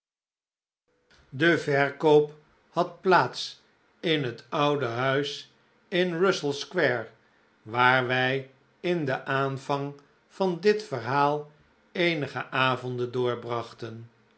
de verkoop had plaats in het oude huis in russell square waar wij in den aanvang van dit verhaal eenige avonden